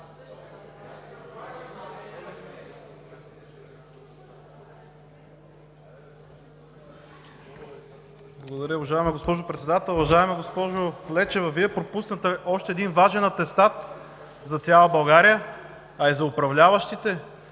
Благодаря, уважаема госпожо Председател. Уважаема госпожо Лечева, Вие пропуснахте още един важен атестат за цяла България, а и за управляващите,